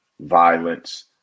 violence